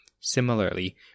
Similarly